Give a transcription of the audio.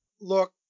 Look